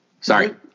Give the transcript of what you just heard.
Sorry